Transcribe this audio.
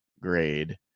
grade